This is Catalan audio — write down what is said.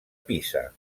pisa